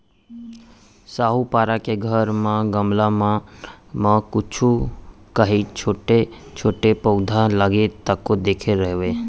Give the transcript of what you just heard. साहूपारा के घर म गमला मन म कुछु कॉंहीछोटे छोटे पउधा लगे तको देखे रेहेंव